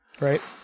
Right